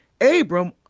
Abram